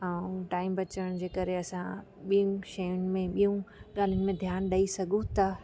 ऐं टाइम बचण जे करे असां ॿियुनि शयुनि में ॿियुनि ॻाल्हियुनि में ध्यानु ॾेई सघूं था